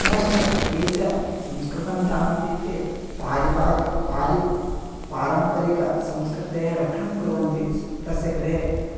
पुनश्च ये च संस्कृतं जानन्ति ते पारिवारिकं पारि पारम्परिकसंस्कृतेः रक्षणं कुर्वन्ति तस्य गृहे